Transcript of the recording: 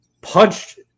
punched